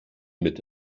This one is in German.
mit